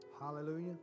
Hallelujah